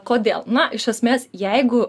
kodėl na iš esmės jeigu